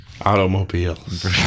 Automobiles